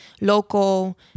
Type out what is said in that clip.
local